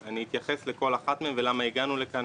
אני אתייחס לכל אחת מהן, למה הגענו לכאן